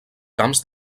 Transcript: camps